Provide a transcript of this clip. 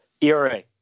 ERA